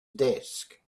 desk